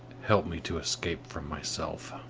help me to escape from myself.